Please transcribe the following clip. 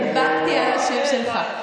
נדבקתי על השם שלך.